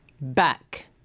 back